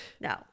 No